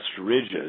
ridges